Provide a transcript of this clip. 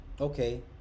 okay